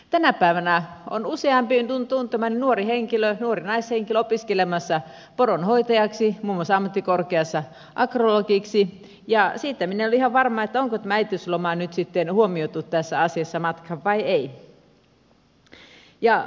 tänä päivänä on useampi tuntemani nuori naishenkilö opiskelemassa poronhoitajaksi muun muassa ammattikorkeassa agrologiksi ja siitä minä en ole ihan varma onko tämä äitiysloma nyt sitten huomioitu tässä asiassa matkaan vai ei